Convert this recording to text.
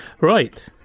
Right